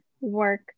work